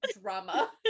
drama